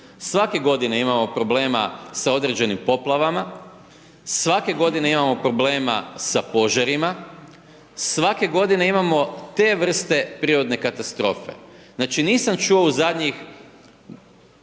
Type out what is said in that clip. svake godine imamo problema sa određenim poplavama, svake godine imamo problema sa požarima, svake godine imamo te vrste prirodne katastrofe. Znači, nisam čuo u zadnjih,